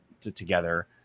together